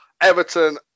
Everton